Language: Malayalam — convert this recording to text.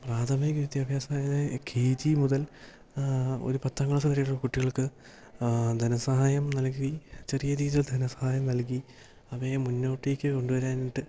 പ്രാഥമിക വിദ്യാഭ്യാസമെന്നു പറഞ്ഞാല് കെ ജി മുതൽ ഒരു പത്താം ക്ലാസ് വരെയുള്ള കുട്ടികൾക്ക് ധനസഹായം നൽകി ചെറിയ രീതിയിൽ ധനസഹായം നൽകി അവരെ മുന്നോട്ടേക്കു കൊണ്ടുവരാനായിട്ട്